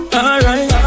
alright